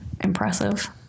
impressive